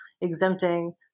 exempting